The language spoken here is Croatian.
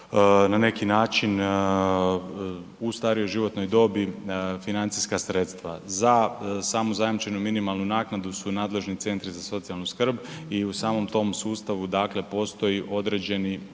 na neki način u starijoj životnoj dobi financijska sredstava. Za samu zajamčenu minimalnu naknadu su nadležni centri za socijalnu skrb i u samom tom sustavu dakle postoji određeni